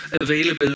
available